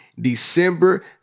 December